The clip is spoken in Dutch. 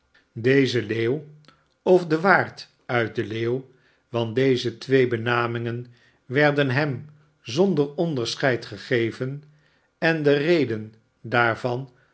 deze leeuw of waard uit de leeuw want deze twee benamingen werden hem zonder onderscheid gegeven en de reden daarvan